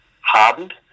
hardened